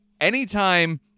anytime